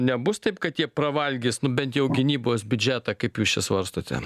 nebus taip kad tie pravalgys nu bent jau gynybos biudžetą kaip jūs čia svarstote